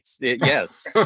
Yes